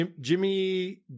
Jimmy